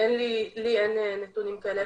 לי אין נתונים כאלה.